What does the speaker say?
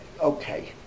Okay